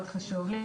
מאוד חשוב לי,